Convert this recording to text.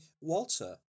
walter